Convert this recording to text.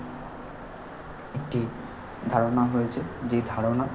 একটি ধারণা হয়েছে যে ধারণা